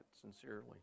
sincerely